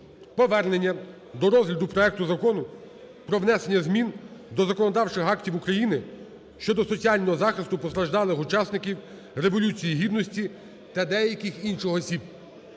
повернення до розгляду проекту Закону про внесення змін до законодавчих актів України щодо соціального захисту постраждалих учасників Революції Гідності та деяких інших осіб